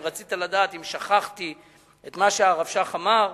אם רצית לדעת אם שכחתי את מה שהרב שך אמר,